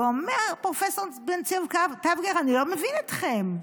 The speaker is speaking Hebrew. ואומר פרופ' בן ציון טבגר: אני לא מבין אתכם.